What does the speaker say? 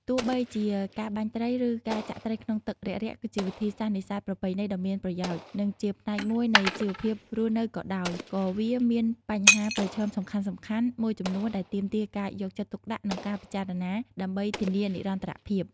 ទោះបីជាការបាញ់ត្រី ឬការចាក់ត្រីក្នុងទឹករាក់ៗ គឺជាវិធីសាស្ត្រនេសាទប្រពៃណីដ៏មានប្រយោជន៍ និងជាផ្នែកមួយនៃជីវភាពរស់នៅក៏ដោយ ក៏វាមានបញ្ហាប្រឈមសំខាន់ៗមួយចំនួនដែលទាមទារការយកចិត្តទុកដាក់ និងការពិចារណាដើម្បីធានានិរន្តរភាព។